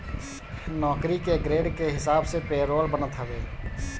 नौकरी के ग्रेड के हिसाब से पेरोल बनत हवे